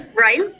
Right